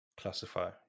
classify